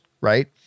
right